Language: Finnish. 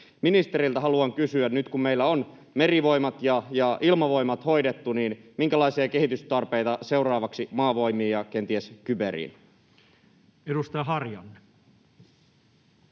Ministeriltä haluan kysyä nyt, kun meillä on Merivoimat ja Ilmavoimat hoidettu: minkälaisia kehitystarpeita on seuraavaksi Maavoimiin ja kenties kyberiin? [Speech 152]